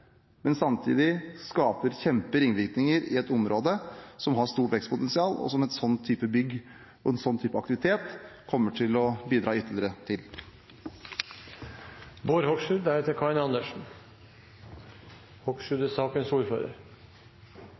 men som samtidig skaper kjempestore ringvirkninger i et område som har et stort vekstpotensial, som en sånn type bygg og en sånn type aktivitet kommer til å bidra ytterligere til.